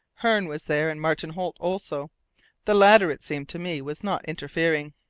hearne was there, and martin holt also the latter, it seemed to me, was not interfering.